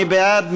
מי בעד?